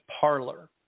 parlor